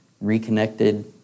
reconnected